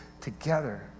together